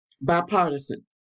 Bipartisan